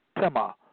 Tema